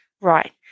Right